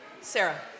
Sarah